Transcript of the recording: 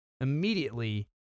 immediately